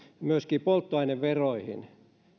myöskin polttoaineveroihin